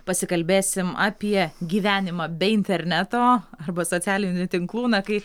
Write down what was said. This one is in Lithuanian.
pasikalbėsim apie gyvenimą be interneto arba socialinių tinklų na kaip